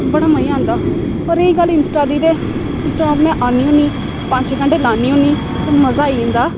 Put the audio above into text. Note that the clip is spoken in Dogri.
ते बड़ा मज़ा आंदा पर रेही गल्ल इंस्टा दी ते इंस्टा में आन्नी होन्नी पंज छे घंटे लान्नी होन्नी ते मजा आई जंदा